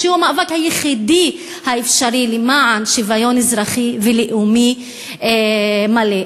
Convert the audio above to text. שהוא המאבק היחידי האפשרי למען שוויון אזרחי ולאומי מלא.